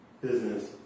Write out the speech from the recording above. business